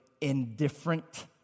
indifferent